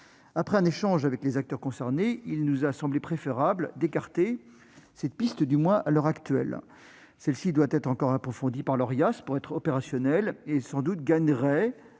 Après un échange avec les acteurs concernés, il nous a semblé préférable d'écarter cette piste à l'heure actuelle. Celle-ci doit encore être approfondie par l'Orias pour être opérationnelle et gagnerait